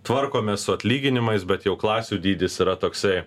tvarkomės su atlyginimais bet jau klasių dydis yra toksai